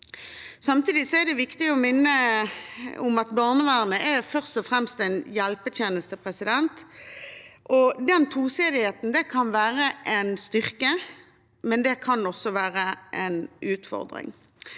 Samtidig er det viktig å minne om at barnevernet først og fremst er en hjelpetjeneste. Den tosidigheten kan være en styrke, men den kan også være en utford